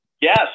Yes